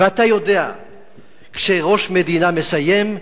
ואתה יודע שכשראש מדינה מסיים,